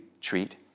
treat